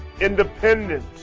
independent